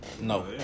No